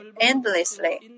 endlessly